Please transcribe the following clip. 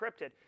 encrypted